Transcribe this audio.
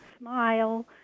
smile